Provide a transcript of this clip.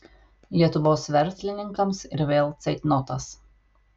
lietuvos verslininkams ir vėl ceitnotas